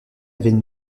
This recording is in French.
avaient